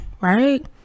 right